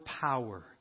power